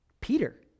Peter